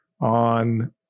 on